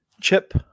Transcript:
chip